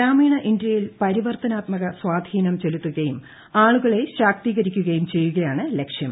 ഗ്രാമീണ ഇന്ത്യയിൽ പരിവർത്തനാത്മക സ്വാധീനം ചെലുത്തുകയും ആളുകളെ ശാക്തികരിക്കുകയും ചെയ്യുകയാണ് ലക്ഷ്യം